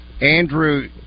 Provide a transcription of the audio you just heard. Andrew